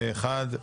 עבר פה אחד.